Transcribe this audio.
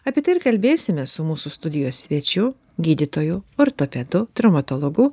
apie tai ir kalbėsimės su mūsų studijos svečiu gydytoju ortopedu traumatologu